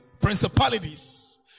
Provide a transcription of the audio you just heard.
principalities